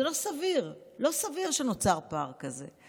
זה לא סביר, לא סביר שנוצר פער כזה.